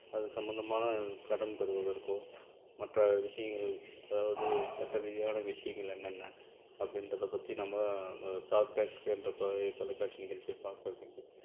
அது சம்பந்தமான கடன் பெறுவதற்கோ மற்ற விஷயங்கள் அதாவது சட்ட ரீதியான விஷயங்கள் என்னென்ன அப்படின்றத பற்றி நம்ம இந்த ஷார்க் டேக் என்ற தொலை தொலைக்காட்சியை நிகழ்ச்சி பார்க்கறதுக்கு